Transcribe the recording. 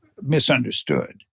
misunderstood